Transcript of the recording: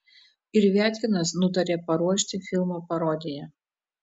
ir viatkinas nutarė paruošti filmo parodiją